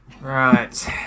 Right